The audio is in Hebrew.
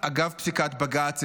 אגב פסיקת בג"ץ,